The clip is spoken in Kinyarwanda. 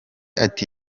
ati